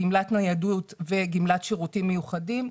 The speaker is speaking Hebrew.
גמלת ניידות וגמלת שירותים מיוחדים,